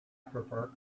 prefer